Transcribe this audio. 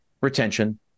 retention